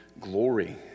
glory